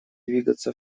двигаться